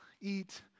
eat